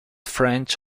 french